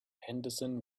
henderson